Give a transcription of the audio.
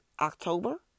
October